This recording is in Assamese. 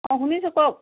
শুনিছোঁ কওক